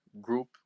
group